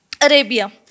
Arabia